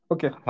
Okay